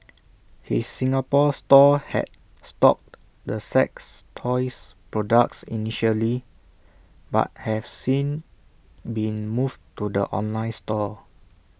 his Singapore store had stocked the sex toys products initially but have since been moved to the online store